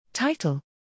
Title